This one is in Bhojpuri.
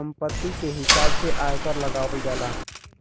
संपत्ति के हिसाब से आयकर लगावल जाला